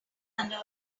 under